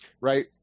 right